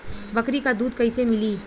बकरी क दूध कईसे मिली?